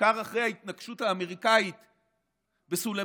בעיקר אחרי ההתנקשות האמריקאית בסולימאני,